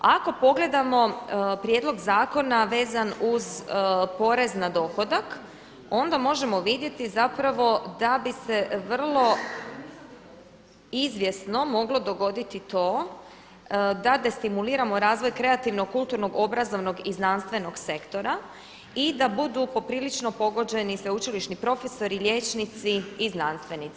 Ako pogledamo prijedlog zakona vezan uz porez na dohodak onda možemo vidjeti zapravo da bi se vrlo izvjesno moglo dogoditi to da destimuliramo razvoj kreativnog, kulturnog, obrazovnog i znanstvenog sektora i da budu po prilično pogođeni sveučilišni profesori, liječnici i znanstvenici.